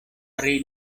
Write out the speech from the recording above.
pri